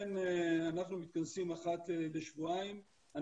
אנחנו מתכנסים אחת לשבועיים,